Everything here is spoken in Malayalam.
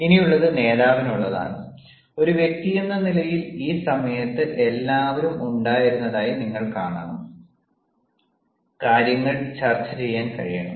ഇനിയുള്ളത് നേതാവിനുള്ളതാണ് ഒരു വ്യക്തിയെന്ന നിലയിൽ ഈ സമയത്ത് എല്ലാവരും ഉണ്ടായിരുന്നതായി നിങ്ങൾ കാണണം കാര്യങ്ങൾ ചർച്ച ചെയ്യാൻ കഴിയണം